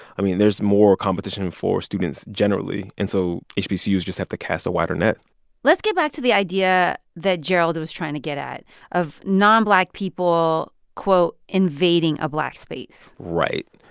i mean, there's more competition for students generally, and so hcbus just have to cast a wider net let's get back to the idea that gerald was trying to get at of nonblack people, quote, invading a black space. right.